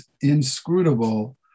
inscrutable